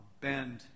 bend